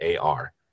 AR